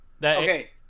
okay